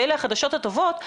ואלה הן החדשות הטובות,